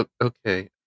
okay